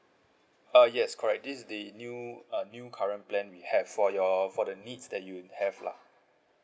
uh yes correct this is the new uh new current plan we have for your for the needs that you have lah